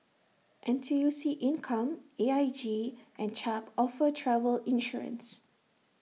N T U C income A I G and Chubb offer travel insurance